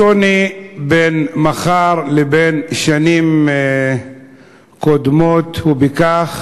השוני בין מחר לבין שנים קודמות הוא בכך